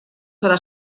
serà